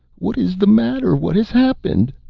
what is the matter? what has happened?